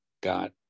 got